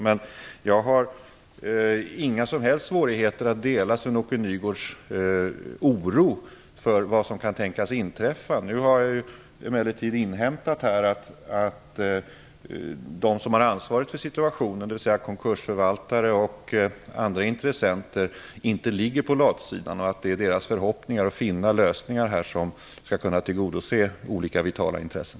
Men jag har inga som helst svårigheter att dela Sven-Åke Nygårds oro för vad som kan tänkas inträffa. Nu har jag emellertid inhämtat att de som har ansvaret för situationen, dvs. konkursförvaltare och andra intressenter, inte ligger på latsidan. Deras förhoppningar är att finna lösningar som skall kunna tillgodose olika vitala intressen.